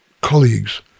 colleagues